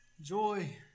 Joy